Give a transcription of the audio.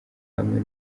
hamwe